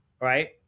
right